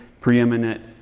preeminent